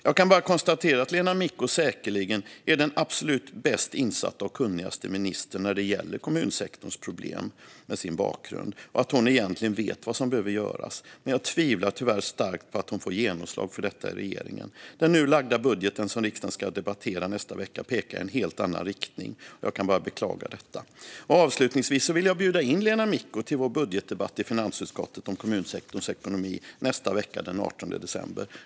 Jag kan bara konstatera att Lena Micko med sin bakgrund säkerligen är den absolut bäst insatta och kunnigaste ministern när det gäller kommunsektorns problem och att hon egentligen vet vad som behöver göras. Jag tvivlar dock tyvärr starkt på att hon får genomslag för detta i regeringen. Den nu lagda budget som riksdagen ska debattera i nästa vecka pekar i en helt annan riktning, och jag kan bara beklaga detta. Avslutningsvis vill jag bjuda in Lena Micko till vår budgetdebatt i finansutskottet om kommunsektorns ekonomi i nästa vecka, den 18 december.